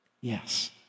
Yes